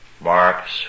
Marx